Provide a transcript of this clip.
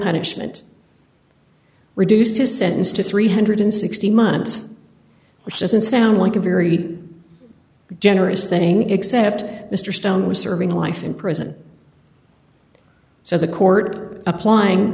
punishment reduced his sentence to three hundred and sixty months which doesn't sound like a very generous thing except mr stone was serving life in prison so the court applying